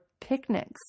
picnics